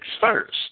first